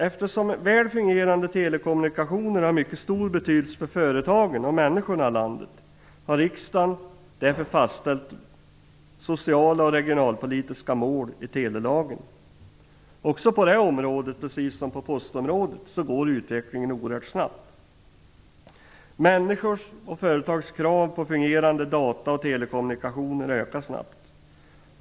Eftersom väl fungerande telekommunikationer har mycket stor betydelse för företagen och människorna i landet har riksdagen därför fastställt sociala och regionalpolitiska mål i telelagen. Också på det området, precis som på postområdet, går utvecklingen oerhört snabbt. Människors och företags krav på fungerande data och telekommunikationer ökar snabbt.